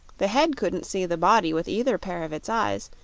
the head couldn't see the body with either pair of its eyes,